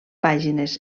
pàgines